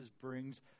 brings